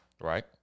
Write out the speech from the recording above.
right